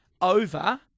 over